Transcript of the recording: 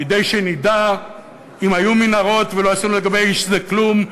כדי שנדע אם היו מנהרות ולא עשינו לגבי ה-issue הזה כלום,